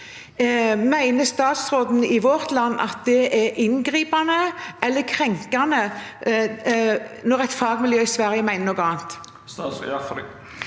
Mener statsråden i vårt land at det er inngripende eller krenkende når et fagmiljø i Sverige mener noe annet?